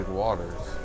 waters